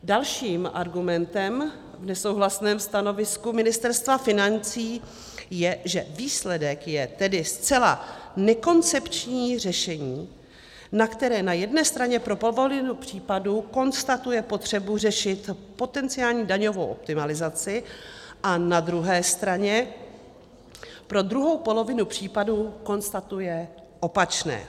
Dalším argumentem v nesouhlasném stanovisku Ministerstva financí je, že výsledek je tedy zcela nekoncepční řešení, které na jedné straně pro polovinu případů konstatuje potřebu řešit potenciální daňovou optimalizaci, a na druhé straně pro druhou polovinu případů konstatuje opačné.